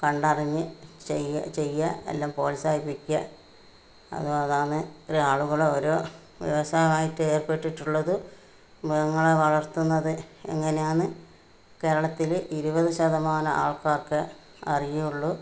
കണ്ടറിഞ്ഞ് ചെയ ചെയ്യാ അല്ലെങ്കിൽ പ്രോത്സാഹിപ്പിക്കുക അതുപോലാണ് ആളുകളോരോ വ്യവസായമായിട്ട് ഏർപ്പെട്ടിട്ടുള്ളത് മൃഗങ്ങളെ വളർത്തുന്നത് എങ്ങനെയാണെന്ന് കേരളത്തിൽ ഇരുപത് ശതമാനം ആൾക്കാർക്ക് അറിയുള്ളൂ